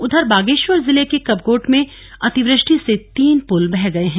उधर बागेश्वर जिले के कपकोट में अतिवृष्टि से तीन पुल बह गए हैं